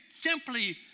simply